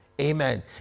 Amen